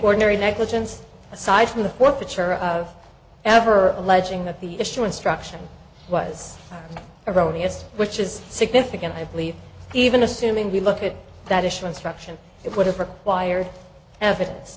ordinary negligence aside from the for future of ever alleging that the issue instruction was erroneous which is significant i believe even assuming we look at that issue instruction it would have required evidence